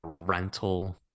rental